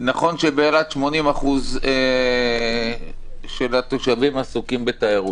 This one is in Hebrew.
שבאילת 80% מהתושבים עוסקים בתיירות.